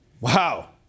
Wow